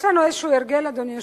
יש לנו איזה הרגל, אדוני היושב-ראש,